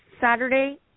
Saturday